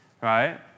right